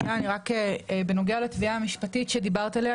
בנוגע לתביעה המשפטית שדיברת עליה,